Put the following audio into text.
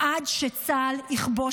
ידע